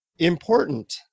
Important